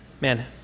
Man